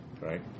right